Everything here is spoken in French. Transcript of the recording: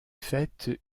fêtes